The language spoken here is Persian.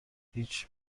هیچ